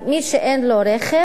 מי שאין לו רכב,